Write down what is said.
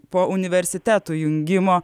po universitetų jungimo